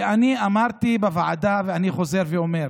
ואני אמרתי בוועדה, ואני חוזר ואומר: